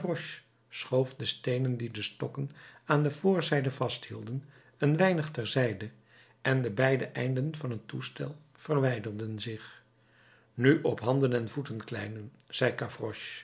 schoof de steenen die de stokken aan de voorzijde vasthielden een weinig ter zijde en de beide einden van het toestel verwijderden zich nu op handen en voeten kleinen zei